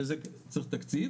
ולזה צריך תקציב.